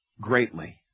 greatly